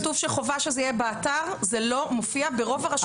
למרות שכתוב שחובה שזה יהיה באתר זה לא מופיע ברוב הרשויות.